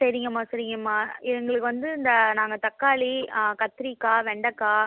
சரிங்கம்மா சரிங்கம்மா எங்களுக்கு வந்து இந்த நாங்கள் தக்காளி ஆ கத்திரிக்காய் வெண்டைக்கா